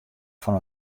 fan